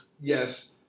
yes